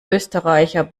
österreicher